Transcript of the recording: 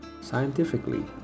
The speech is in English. Scientifically